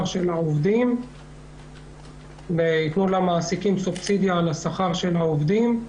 של העובדים וייתנו למעסיקים סובסידיה על שכר העובדים.